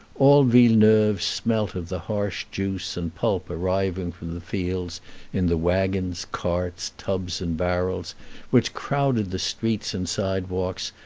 all villeneuve smelt of the harsh juice and pulp arriving from the fields in the wagons, carts, tubs, and barrels which crowded the streets and sidewalks,